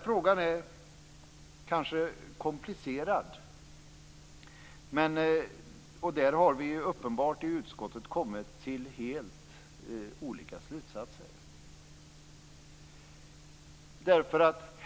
Frågan är kanske komplicerad, och vi har i utskottet kommit fram till helt olika slutsatser.